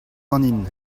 ganin